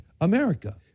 America